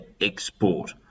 export